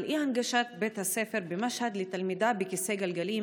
אי-הנגשת בית הספר במשהד לתלמידה בכיסא גלגלים,